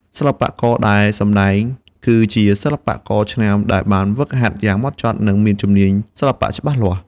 សិល្បករដែលសម្តែងគឺជាសិល្បករឆ្នើមដែលបានហ្វឹកហាត់យ៉ាងហ្មត់ចត់ និងមានជំនាញសិល្បៈច្បាស់លាស់។